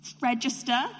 Register